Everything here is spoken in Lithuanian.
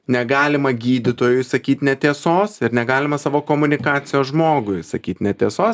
negalima gydytojui sakyt netiesos ir negalima savo komunikacijos žmogui sakyt netiesos